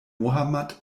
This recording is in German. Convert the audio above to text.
mohammad